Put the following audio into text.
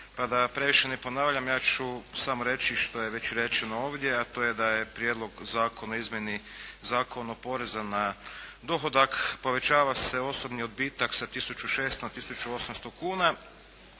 pa da previše ne ponavljam ja ću samo reći što je već rečeno ovdje a to je da je Prijedlog zakona o izmjeni Zakona o porezu na dohodak povećava se osobni odbitak sa 1600 na 1800 kuna